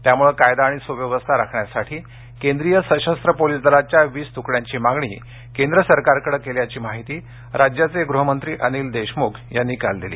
त्यामुळे कायदा आणि सुव्यवस्था राखण्यासाठी केंद्रीय सशस्त्र पोलीस दलाच्या वीस तुकड्यांची मागणी केंद्र सरकारकडे केल्याची माहिती राज्याचे गृहमंत्री अनिल देशमुख यांनी काल दिली